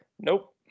Nope